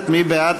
ראשונה.